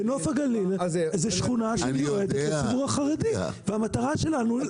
בנוף הגליל זו שכונה שמיועדת לציבור החרדי והמטרה שלנו,